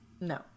No